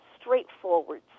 straightforward